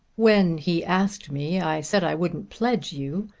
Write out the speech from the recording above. when he asked me i said i wouldn't pledge you,